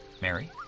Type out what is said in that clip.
Mary